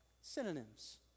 Synonyms